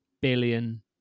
billion